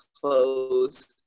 clothes